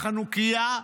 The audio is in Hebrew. בחנוכייה,